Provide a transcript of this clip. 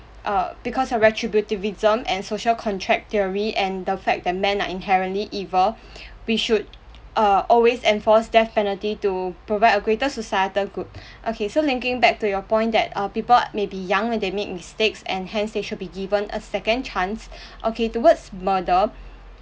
uh because retributivism and social contract theory and the fact that men are inherently evil we should uh always enforce death penalty to provide a greater societal good okay so linking back to your point that uh people may be young and they make mistakes and hence they shall be given a second chance okay towards murder